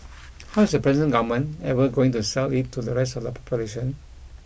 how is the present government ever going to sell it to the rest of the population